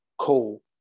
Cool